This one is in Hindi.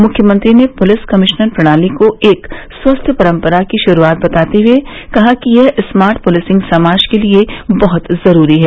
मुख्यमंत्री ने पुलिस कमिश्नर प्रणाली को एक स्वस्थ्य परम्परा की शुरूआत बताते हए कहा कि यह स्मार्ट पुलिसिंग समाज के लिये बहत जरूरी है